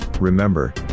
remember